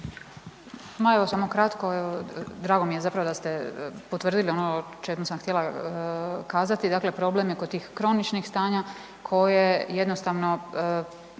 evo samo kratko, drago mi je zapravo da ste potvrdili ono o čemu sam htjela kazati, dakle problem je kod tih kroničnih stanja koje jednostavno